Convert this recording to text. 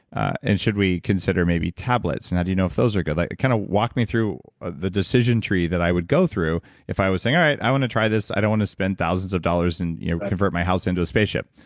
and should we consider maybe tablets? how and do you know if those are good? like kind of walk me through the decision tree that i would go through if i was saying, all right, i want to try this. i don't want to spend thousands of dollars and convert my house into a space ship.